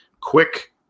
quick